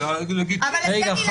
לגיטימי.